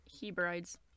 Hebrides